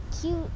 cute